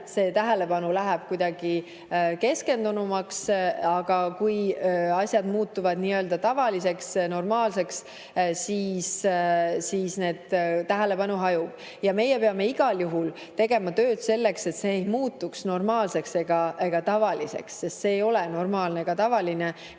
see tähelepanu läheb kuidagi keskendunumaks. Aga kui asjad muutuvad nii‑öelda tavaliseks, normaalseks, siis tähelepanu hajub. Meie peame igal juhul tegema tööd selleks, et see ei muutuks [liitlaste jaoks] normaalseks ega tavaliseks, sest see ei ole normaalne ega tavaline, et